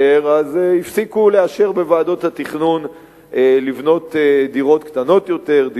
הפסיקו לאשר בוועדות התכנון בניית דירות קטנות יותר,